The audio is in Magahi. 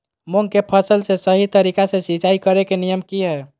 मूंग के फसल में सही तरीका से सिंचाई करें के नियम की हय?